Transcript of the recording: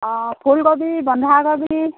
ফুলকবি বান্ধাকবি